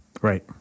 right